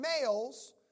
males